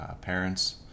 parents